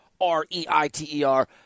R-E-I-T-E-R